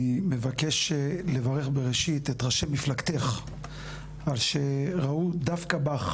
אני מבקש לברך בראשית את ראשי מפלגתך על שראו דווקא בך